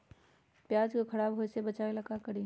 प्याज को खराब होय से बचाव ला का करी?